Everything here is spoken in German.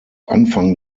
anfang